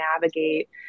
navigate